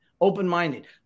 open-minded